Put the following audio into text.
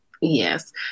Yes